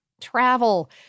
travel